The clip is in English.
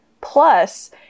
Plus